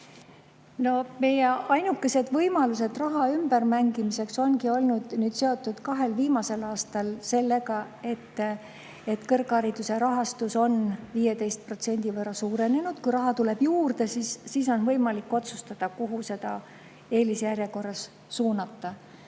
Meie ainukesed võimalused raha ümbermängimiseks ongi kahel viimasel aastal olnud seotud sellega, et kõrghariduse rahastus on 15% võrra suurenenud. Kui raha tuleb juurde, siis on võimalik otsustada, kuhu seda eelisjärjekorras suunata.